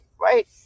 Right